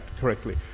correctly